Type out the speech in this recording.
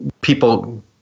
people